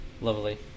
lovely